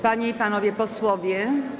Panie i Panowie Posłowie!